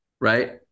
right